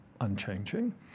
unchanging